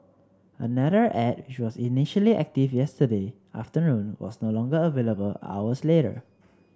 another ad which was initially active yesterday afternoon was no longer available hours later